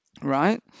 right